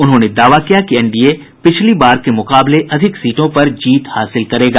उन्होंने दावा किया कि एनडीए पिछली बार के मुकाबले अधिक सीटों पर जीत हासिल करेगा